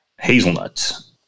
hazelnuts